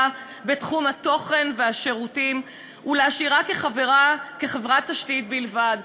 בתחום התוכן והשירותים ולהשאירה כחברת תשתית בלבד.